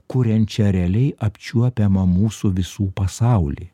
kuriančią realiai apčiuopiamą mūsų visų pasaulį